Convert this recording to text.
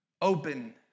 open